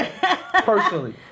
Personally